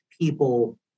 people